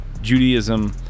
Judaism